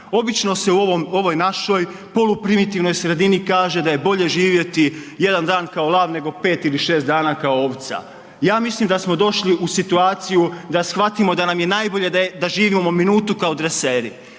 Obično se u ovoj našoj poluprimitivnoj sredini kaže da je bolje živjeti jedan dan kao lav nego 5 ili 6 dana kao ovca. Ja mislim da smo došli u situaciju da shvatimo da nam je najbolje da živimo minutu kao dreseri,